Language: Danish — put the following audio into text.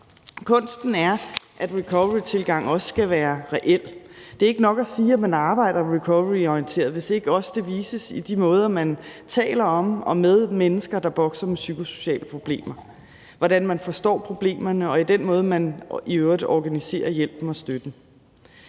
Kunsten er, at recoverytilgang også skal være reel. Det er ikke nok at sige, at man arbejder recoveryorienteret, hvis ikke også det vises i de måder, man taler om og med mennesker, der bokser med psykosociale problemer, hvordan man forstår problemerne, og i den måde, man i øvrigt organiserer hjælpen og støtten